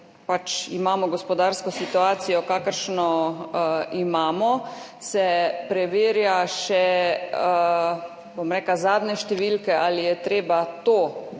da imamo gospodarsko situacijo, kakršno imamo, se preverja še zadnje številke, ali je treba to